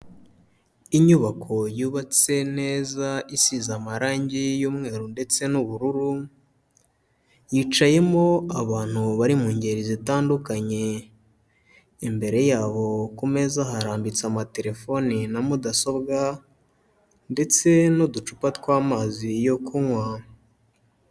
Inyubako yubatse neza isize amarange y'umweru ndetse n'ubururu, yicayemo abantu bari mu ngeri zitandukanye, imbere yabo ku meza harambitse amatelefoni na mudasobwa ndetse n'uducupa tw'amazi yo kunywa.